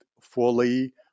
fully